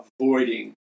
avoiding